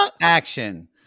action